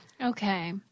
Okay